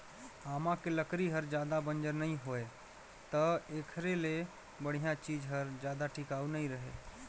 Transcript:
आमा के लकरी हर जादा बंजर नइ होय त एखरे ले बड़िहा चीज हर जादा टिकाऊ नइ रहें